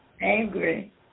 angry